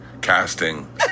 casting